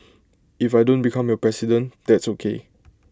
if I don't become your president that's O K